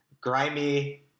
grimy